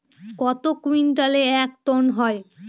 কত কুইন্টালে এক টন হয়?